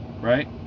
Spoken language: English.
right